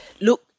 Look